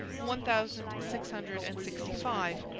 one thousand six hundred and sixty-five,